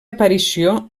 aparició